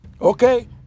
okay